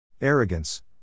Arrogance